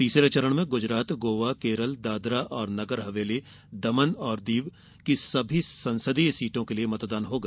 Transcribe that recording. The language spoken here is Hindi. तीसरे चरण में गुजरात गोवा केरल दादरा और नगर हवेली दमन और दीव की सभी संसदीय सीटों के लिए मतदान होगा